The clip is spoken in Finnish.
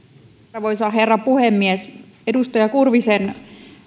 arvoisa herra puhemies edustaja kurvisen